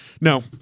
No